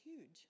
huge